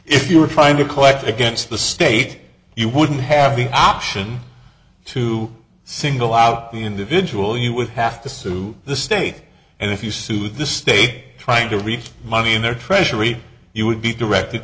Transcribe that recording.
if you are trying to collect against the state you wouldn't have the option to single out the individual you would have to sue the state and if you sue the state trying to reach money in their treasury you would be directed